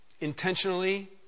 intentionally